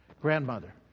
Grandmother